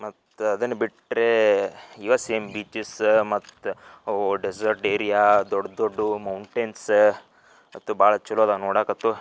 ಮತ್ತು ಅದನ್ನು ಬಿಟ್ರೆ ಇವೇ ಸೇಮ್ ಬೀಚಸ್ಸ ಮತ್ತು ಅವು ಡೆಝರ್ಟ್ ಏರಿಯಾ ದೊಡ್ಡ ದೊಡ್ಡವು ಮೌಂಟೇನ್ಸ ಮತ್ತು ಭಾಳ ಚೊಲೋ ಇದೆ ನೋಡಾಕತ್ತು